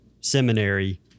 seminary